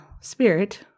spirit